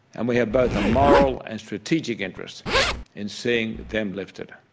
and we have both a moral and strategic interest in seeing them lifted.